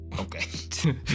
Okay